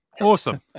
Awesome